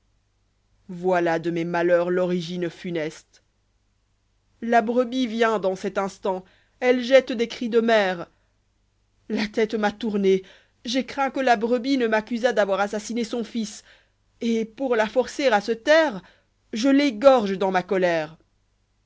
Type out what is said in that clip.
voilà de mes malheurs l'origine funeste la brebis vient dans cet instant elle jette des cris de mère ï o tête m'a tourné j'ai craint que la brebi ke m'accusât d'avoir assassiné son fils et pour la forcer à se taire je l'égorgé dans ma colère